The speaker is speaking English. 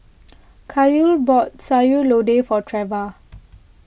Kael bought Sayur Lodeh for Treva